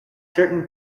certain